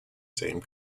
same